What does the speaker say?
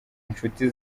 inshuti